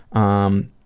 um,